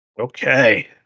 Okay